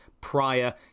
prior